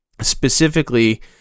specifically